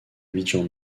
abidjan